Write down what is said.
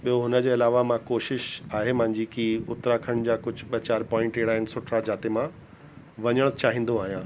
ॿियो हुनजे अलावा मां कोशिशि आहे मुंहिंजी की उत्तराखंड जा कुझु ॿ चारि पॉइंट अहिड़ा आहिनि सुठा जाते मां वञण चाहिंदो आहियां